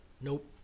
Nope